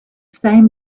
same